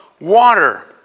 water